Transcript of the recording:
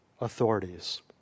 authorities